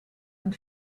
and